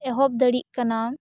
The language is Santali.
ᱮᱦᱚᱵ ᱫᱟᱲᱮᱜ ᱠᱟᱱᱟ